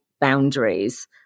boundaries